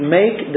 make